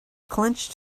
clenched